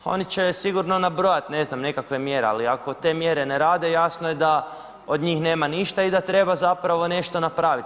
Oni će sigurno nabrojati ne znam nekakve mjere ali ako te mjere ne rade jasno je da od njih nema ništa i da treba zapravo nešto napraviti.